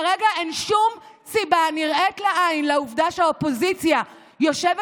כרגע אין שום סיבה נראית לעין לעובדה שהאופוזיציה יושבת